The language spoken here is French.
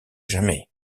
jamais